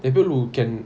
people who can